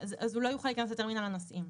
אז הוא לא יוכל להיכנס לטרמינל הנוסעים,